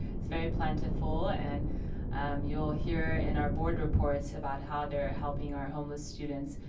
it's very plentiful and you'll hear in our board reports about how they're helping our homeless students.